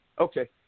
Okay